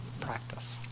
practice